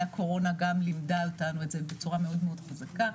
הקורונה גם לימדה אותנו את זה בצורה מאוד חזקה,